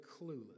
clueless